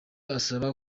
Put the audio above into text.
asaba